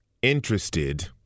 Interested